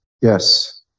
yes